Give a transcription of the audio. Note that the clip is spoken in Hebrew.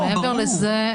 מעבר לזה,